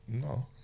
No